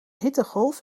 hittegolf